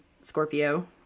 Scorpio